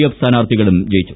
F സ്ഥാനാർത്ഥികളും ജയിച്ചു